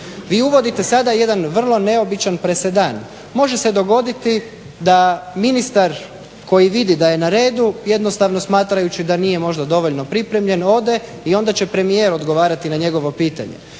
Vi uvodite sada jedan vrlo neobičan presedan. Može se dogoditi da ministar koji vidi da je na redu jednostavno smatrajući da nije možda dovoljno pripremljen ode i onda će premijer odgovarati na njegovo pitanje.